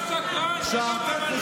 גם שקרן וגם,